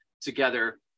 together